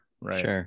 Right